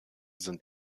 sind